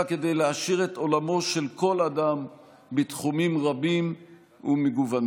כדי להעשיר את עולמו של כל אדם בתחומים רבים ומגוונים.